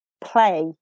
play